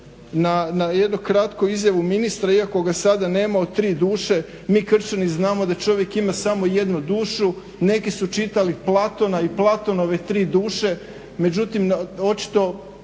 na jednu kratku izjavu ministra, iako ga sada nema, o tri duše. Mi kršćani znamo da čovjek ima samo jednu dušu. Neki su čitali Platona i Platonove tri duše, međutim očito